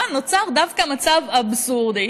בה נוצר דווקא מצב אבסורדי.